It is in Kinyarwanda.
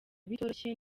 bitoroshye